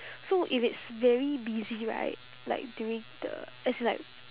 so if it's very busy right like during the as in like